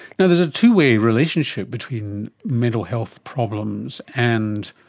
yeah there's a two-away relationship between mental health problems and